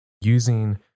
using